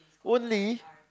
only